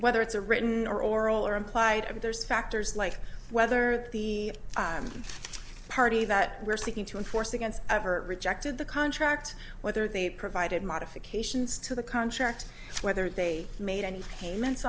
whether it's a written or oral or implied and there's factors like whether the party that we're seeking to enforce against ever rejected the contract whether they provided modifications to the contract whether they made any payments